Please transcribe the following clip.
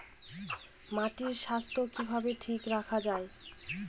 মাটির স্বাস্থ্য কিভাবে ঠিক রাখা যায়?